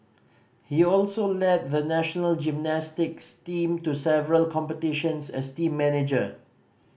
he also led the national gymnastics team to several competitions as team manager